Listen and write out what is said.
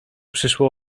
przyszło